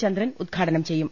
ചന്ദ്രൻ ഉദ്ഘാടനം ചെയ്യും